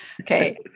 Okay